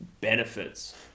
benefits